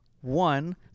One